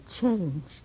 changed